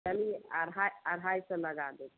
चलिए अढ़ा अढ़ाई सौ लगा देते